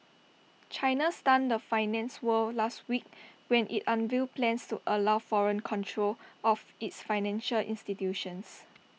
China stunned the finance world last week when IT unveiled plans to allow foreign control of its financial institutions